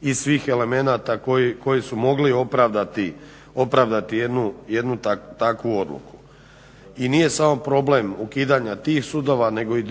i svih elementa koji su mogli opravdati jednu takvu odluku. I nije samo problem ukidanja tih sudova nego i